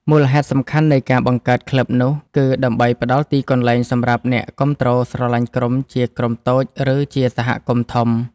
មូលហេតុសំខាន់នៃការបង្កើតក្លឹបនោះ គឺដើម្បីផ្ដល់ទីកន្លែងសម្រាប់អ្នកគាំទ្រស្រលាញ់ក្រុមជាក្រុមតូច ឬជាសហគមន៍ធំ